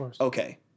Okay